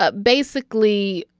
ah basically,